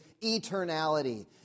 eternality